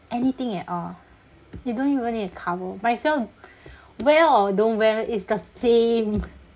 anything at all you don't even need to cover might as well wear or don't wear it's the same